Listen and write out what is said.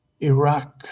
Iraq